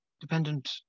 dependent